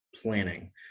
planning